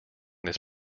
this